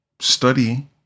study